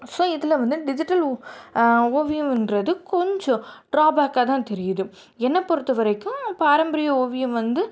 so இதில் வந்து digital ஓ ஓவியன்றது கொஞ்சம் ட்ராபேக்காக தான் தெரியுது என்னை பொறுத்த வரைக்கும் பாரம்பரிய ஓவியம் வந்து